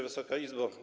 Wysoka Izbo!